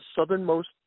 southernmost